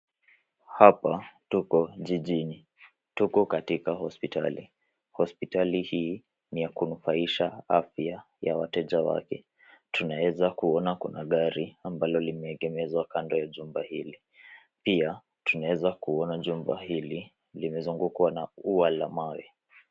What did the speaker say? Hapa tuko jijini. Tuko katika hospitali. Hospitali hii ni ya kunufaisha afya ya wateja wake. Tunaweza kuona kuna gari ambalo limeegemezwa kando ya jumba hili. Pia tunaweza kuona jumba hili limezungukwa na ua la mawe.